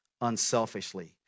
unselfishly